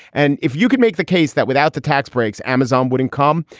and if you could make the case that without the tax breaks, amazon wouldn't come.